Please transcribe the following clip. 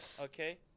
Okay